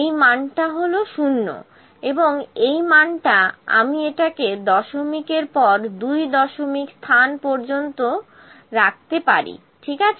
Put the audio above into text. এই মানটা হলো 0 এবং এই মানটা আমি এটাকে দশমিকের পর দুই দশমিক স্থান পর্যন্ত রাখতে ঠিক আছে